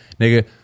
nigga